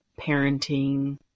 parenting